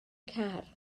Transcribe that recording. car